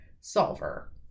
solver